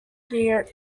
near